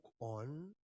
on